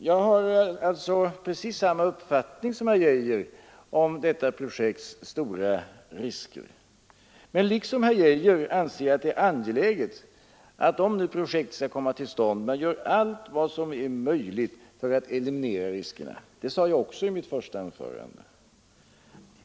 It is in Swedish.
Jag har alltså precis samma uppfattning som herr Geijer om detta projekts stora risker, men liksom herr Geijer anser jag det angeläget att om nu projektet skall komma till stånd man gör allt vad som är möjligt för att eliminera riskerna. Det sade jag också i mitt första anförande.